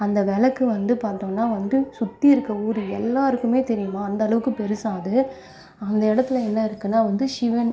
அந்த விளக்கு வந்து பார்த்தோன்னா வந்து சுற்றி இருக்கற ஊர் எல்லோருக்குமே தெரியுமாம் அந்த அளவுக்கு பெரிசாம் அது அந்த இடத்துல என்ன இருக்குன்னால் வந்து சிவன்